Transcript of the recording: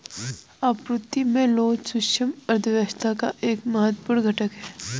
आपूर्ति में लोच सूक्ष्म अर्थशास्त्र का एक महत्वपूर्ण घटक है